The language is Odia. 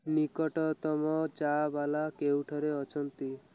ନିକଟତମ ଚା'ବାଲା କେଉଁଠାରେ ଅଛନ୍ତି